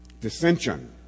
dissension